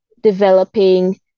developing